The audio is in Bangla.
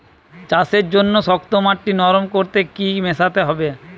চাষের জন্য শক্ত মাটি নরম করতে কি কি মেশাতে হবে?